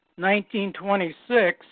1926